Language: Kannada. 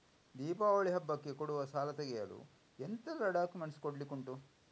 ದೀಪಾವಳಿ ಹಬ್ಬಕ್ಕೆ ಕೊಡುವ ಸಾಲ ತೆಗೆಯಲು ಎಂತೆಲ್ಲಾ ಡಾಕ್ಯುಮೆಂಟ್ಸ್ ಕೊಡ್ಲಿಕುಂಟು?